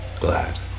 glad